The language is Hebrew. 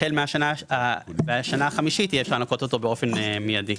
החל מהשנה החמישית יש לנכות אותו באופן מיידי.